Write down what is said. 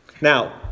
Now